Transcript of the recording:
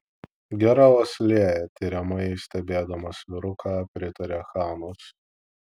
gera uoslė tiriamai stebėdamas vyruką pritarė chanas